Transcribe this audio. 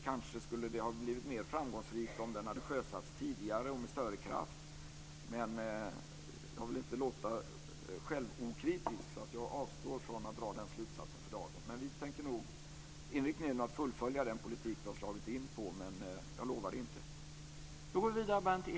Den skulle kanske ha blivit mer framgångsrik om den hade sjösatts tidigare och med större kraft. Men jag vill inte låta självokritisk, och därför avstår jag från att dra den slutsatsen för dagen. Inriktningen är nog att fullfölja den politik vi har slagit in på, men jag lovar det inte.